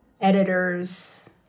editors